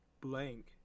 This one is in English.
Blank